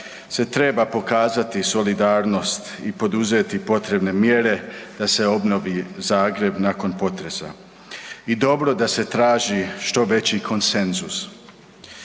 se treba pokazati solidarnost i poduzeti potrebne mjere da se obnovi Zagreb nakon potresa. I dobro da se traži što veći konsenzus.